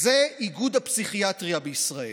זה איגוד הפסיכיאטריה בישראל.